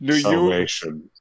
salvation